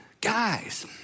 guys